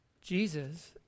Jesus